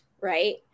Right